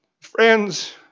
Friends